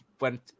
went